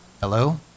hello